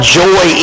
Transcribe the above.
joy